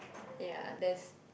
ya this